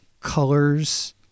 colors